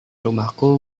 rumahku